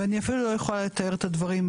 אני אפילו לא יכולה לתאר את הדברים.